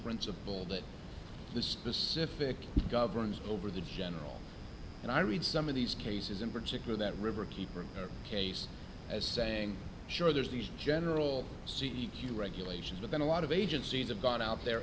principle that the specific governs over the general and i read some of these cases in particular that riverkeeper case as saying sure there's these general c e q regulations but then a lot of agencies have gone out there